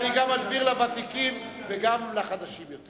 אני אסביר גם לוותיקים וגם לחדשים יותר.